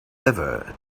ever